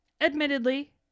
admittedly